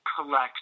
collect